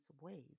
ways